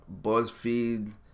Buzzfeed